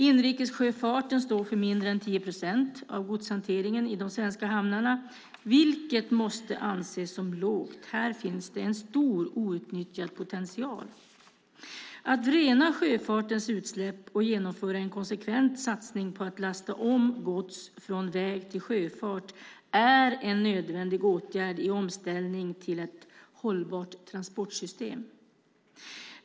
Inrikessjöfarten står för mindre än 10 procent av godshanteringen i de svenska hamnarna, vilket måste anses som lågt. Här finns det en stor outnyttjad potential. Att rena sjöfartens utsläpp och genomföra en konsekvent satsning på att lasta om gods från väg till sjöfart är en nödvändig åtgärd i omställningen till ett hållbart transportsystem.